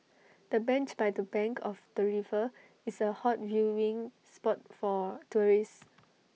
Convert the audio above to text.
the bench by the bank of the river is A hot viewing spot for tourists